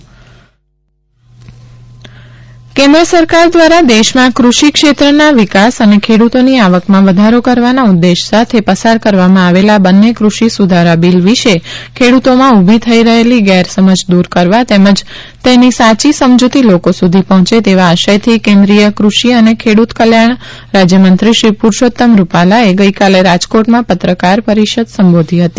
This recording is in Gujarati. પુરુષોત્તમ રૂપાલા રાજકોટ પત્રકાર પરિષદ કેન્દ્ર સરકાર દ્વારા દેશમાં કૃષિક્ષેત્રના વિકાસ અને ખેડૂતોની આવકમાં વધારો કરવાના ઉદ્દેશ સાથે પસાર કરવામાં આવેલા બંને કૃષિ સુધારા બીલ વિશે ખેડૂતોમાં ઊભી થઈ રહેલી ગેરસમજ દૂર કરવા તેમજ તેની સાચી સમજૂતી લોકો સુધી પહોંચે તેવા આશયથી કેન્દ્રીય કૃષિ અને ખેડુત કલ્યાણ રાજ્યમંત્રી શ્રી પુરુષોત્તમ રૂપાલા એ ગઇકાલે રાજકોટમાં પત્રકાર પરિષદ સંબોધી હતી